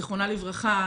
זיכרונה לברכה,